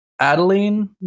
Adeline